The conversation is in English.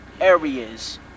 areas